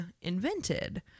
invented